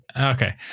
Okay